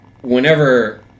whenever